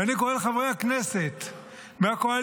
ואני קורא לחברי הכנסת מהקואליציה,